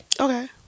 Okay